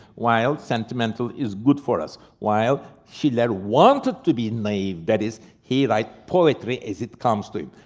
while sentimental is good for us, while schiller wanted to be naive. that is, he write poetry as it comes to him.